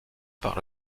par